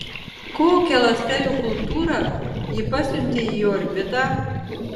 kokią ląstelių kultūrą ji pasiuntė į orbitą